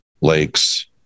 lakes